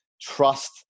trust